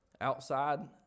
Outside